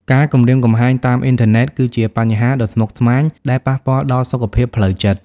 ការគំរាមកំហែងតាមអ៊ីនធឺណិតគឺជាបញ្ហាដ៏ស្មុគស្មាញដែលប៉ះពាល់ដល់សុខភាពផ្លូវចិត្ត។